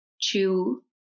chew